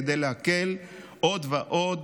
כדי להקל על עוד ועוד